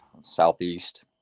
southeast